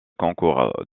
concours